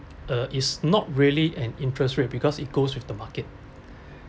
uh it's not really an interest rate because it goes with the market